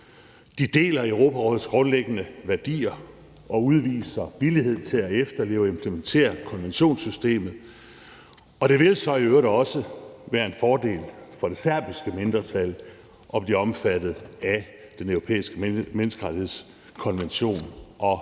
deler Europarådets grundlæggende værdier og udviser villighed til at efterleve og implementere konventionssystemet, og det vil så i øvrigt også være en fordel for det serbiske mindretal at blive omfattet af den europæiske menneskerettighedskonvention og domstol.